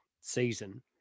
season